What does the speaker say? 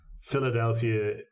philadelphia